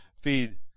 feed